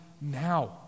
now